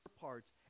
parts